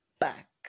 back